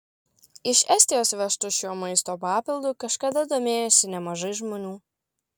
iš estijos vežtu šiuo maisto papildu kažkada domėjosi nemažai žmonių